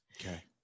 Okay